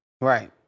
Right